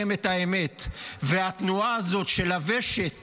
והתנועה הזו של הוושט